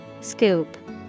Scoop